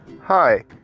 Hi